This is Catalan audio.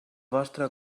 vostre